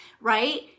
right